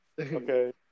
Okay